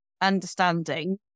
understanding